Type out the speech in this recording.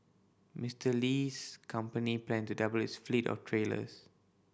Mister Li's company plan to double its fleet of trailers